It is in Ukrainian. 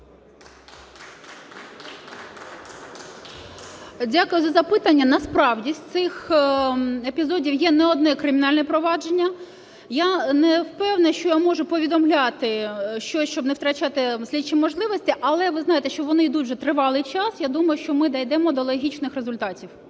Дякую за запитання. Насправді з цих епізодів є не одне кримінальне провадження. Я не впевнена, що я можу повідомляти щось, щоб не втрачати слідчі можливості, але ви знаєте, що вони ідуть вже тривалий час, я думаю, що ми дійдемо до логічних результатів.